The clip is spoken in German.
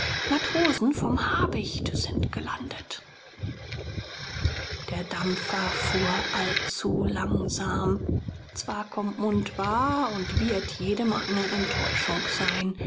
matrosen vom habicht sind gelandet der dampfer fuhr allzu langsam swakopmund war und wird jedem eine enttäuschung sein